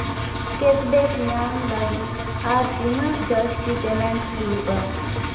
cashback ᱧᱟᱢ ᱞᱟᱹᱜᱤᱫ ᱟᱨ ᱛᱤᱱᱟᱹᱜ ᱡᱟᱹᱥᱛᱤ ᱯᱮᱢᱮᱱᱴ ᱦᱩᱭᱩᱜᱼᱟ